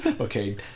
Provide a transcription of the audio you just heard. okay